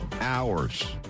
hours